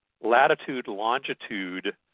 latitude-longitude